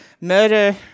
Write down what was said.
murder